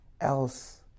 else